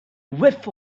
whiff